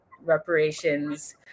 reparations